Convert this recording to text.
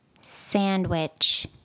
Sandwich